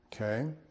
Okay